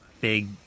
big